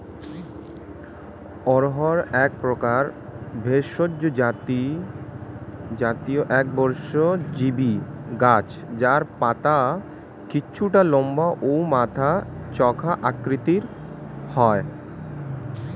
অড়হর একপ্রকার ভেষজ জাতীয় একবর্ষজীবি গাছ যার পাতা কিছুটা লম্বা ও মাথা চোখা আকৃতির হয়